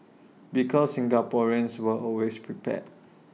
because Singaporeans were always prepared